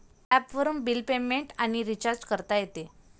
ॲपवरून bill payment आणि recharge करता येते